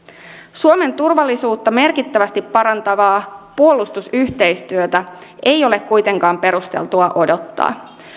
suomen turvallisuutta merkittävästi parantavaa puolustusyhteistyötä ei ole kuitenkaan perusteltua odottaa